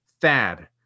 Thad